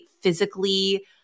physically